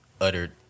uttered